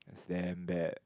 damn bad